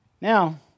Now